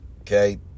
Okay